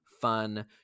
fun